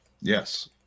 Yes